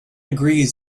agrees